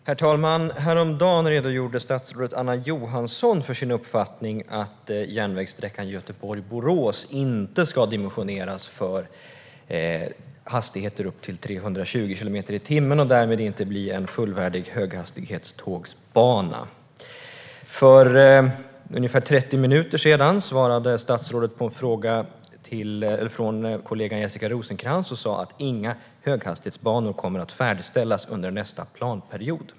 Herr talman! Häromdagen redogjorde statsrådet Anna Johansson för sin uppfattning att järnvägssträckan Göteborg-Borås inte ska dimensioneras för hastigheter upp till 320 kilometer i timmen och därmed inte bli en fullvärdig höghastighetstågbana. För ungefär 30 minuter sedan svarade statsrådet på en fråga från kollegan Jessica Rosencrantz och sa då att inga höghastighetsbanor kommer att färdigställas under nästa planperiod.